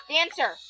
Dancer